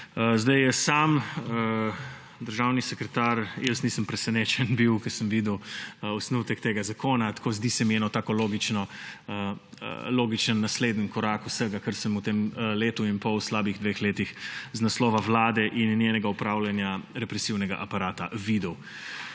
kolegi! Sam državni sekretar je … Jaz nisem bil presenečen, ko sem videl osnutek tega zakona. Zdi se mi en tak logičen naslednji korak vsega, kar sem v tem letu in pol, slabih dveh letih iz naslova vlade in njenega upravljanja represivnega aparata videl.